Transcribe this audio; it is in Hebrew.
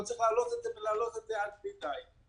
לא צריך להעלות את המחירים עד בלי די.